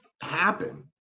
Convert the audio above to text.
happen